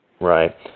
right